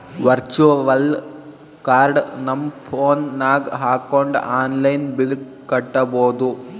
virtual card ನಮ್ phone ನಾಗ್ ಹಾಕೊಂಡ್ ಆನ್ಲೈನ್ ಬಿಲ್ ಕಟ್ಟಬೋದು